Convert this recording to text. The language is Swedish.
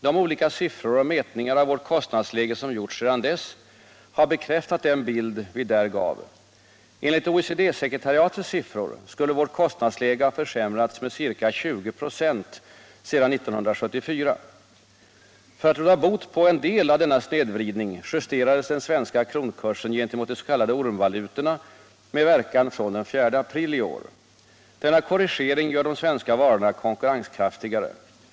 De olika siffror och mätningar av vårt kostnadsläge som gjorts sedan dess har bekräftat den bild vi där gav. Enligt OECD sekretariatets siffror skulle vårt kostnadsläge ha försämrats med ca 20 96 sedan 1974. För att råda bot på en del av denna snedvridning justerades den svenska kronkursen gentemot de s.k. ormvalutorna med verkan från den '4 april i år. Denna korrigering gör de svenska varorna konkurrenskraftigare.